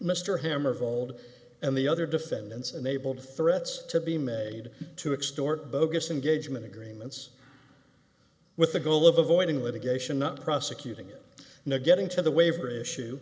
mr hammer vald and the other defendants enabled threats to be made to extort bogus engagement agreements with the goal of avoiding litigation not prosecuting it not getting to the waiver issue